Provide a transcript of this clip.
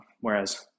Whereas